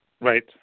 Right